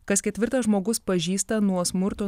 kas ketvirtas žmogus pažįsta nuo smurto